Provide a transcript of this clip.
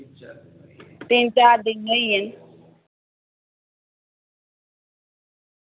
तिन चार दिन होइये न